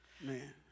Man